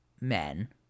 men